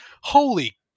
holy